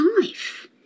life